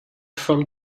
from